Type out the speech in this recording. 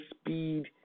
speed